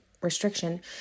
restriction